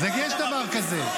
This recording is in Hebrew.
יש דבר כזה.